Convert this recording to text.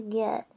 get